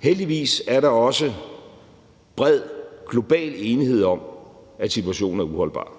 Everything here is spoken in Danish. Heldigvis er der også bred global enighed om, at situationen er uholdbar.